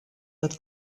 that